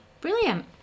Brilliant